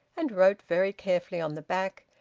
and wrote very carefully on the back,